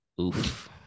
Oof